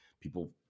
people